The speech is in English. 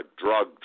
drug